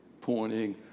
pointing